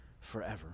forever